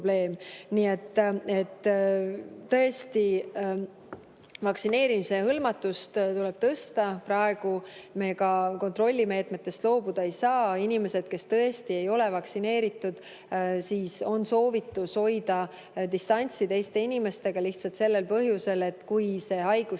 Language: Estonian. Tõesti, vaktsineerimisega hõlmatust tuleb tõsta. Praegu me ka kontrollimeetmetest loobuda ei saa. Inimestele, kes ei ole vaktsineeritud, on soovitus hoida distantsi teiste inimestega lihtsalt sellel põhjusel, et kui see haigus